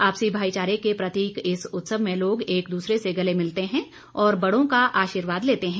आपसी भाईचारे के प्रतीक इस उत्सव में लोग एक दूसरे से गले मिलते हैं और बड़ों का आशीर्वाद लेते हैं